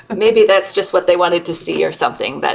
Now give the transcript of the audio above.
but maybe that's just what they wanted to see or something. but